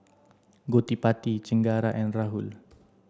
Gottipati Chengara and Rahul